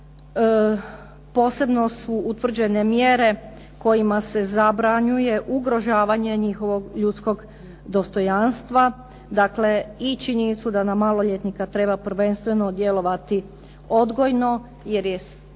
Posebno su utvrđene mjere kojima se zabranjuje ugrožavanje njihovog ljudskog dostojanstva. Dakle, i činjenicu da na maloljetnika treba prvenstveno djelovati odgojno, jer je svrha